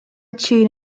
tune